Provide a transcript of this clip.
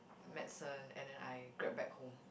medicine and then I grab back home